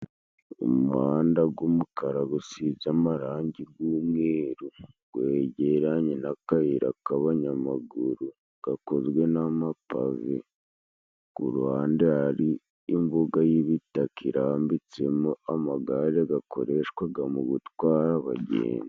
Umuhanda g'umukara gusize amarangi g'umweru, gwegeranye na kayira k'abanyamaguru gakozwe n'amapave, Ku ruhande hari imbuga y'ibitaka irambitsemo amagare gakoreshwaga mu gutwara abagenzi.